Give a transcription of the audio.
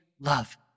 Love